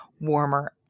warmer